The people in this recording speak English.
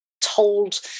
told